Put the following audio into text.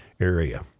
area